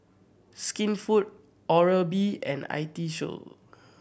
Skinfood Oral B and I T Show